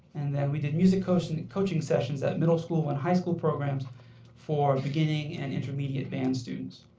and then we did music coaching coaching sessions at middle school and high school programs for beginning and intermediate band students.